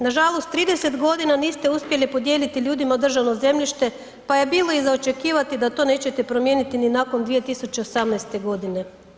Nažalost, 30 godina niste uspjeli podijeliti ljudima državno zemljište pa je bilo i za očekivati da to nećete promijeniti ni nakon 2018. godine.